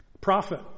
Prophet